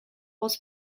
also